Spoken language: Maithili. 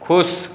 खुश